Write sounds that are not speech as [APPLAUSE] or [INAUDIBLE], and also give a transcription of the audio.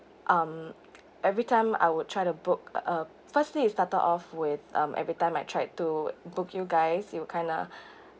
um every time I would try to book uh firstly it started off with um every time I tried to book you guys it would kind of [BREATH]